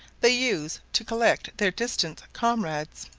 they use to collect their distant comrades,